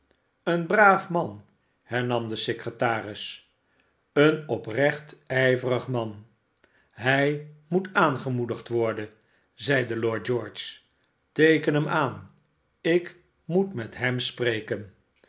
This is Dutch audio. een braaf man hernam de secretaris seen oprecht ijverig man hij moet aangemoedigd worden zeide lord george steeken hem aan ik moet met hem spreken